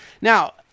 Now